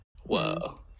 Whoa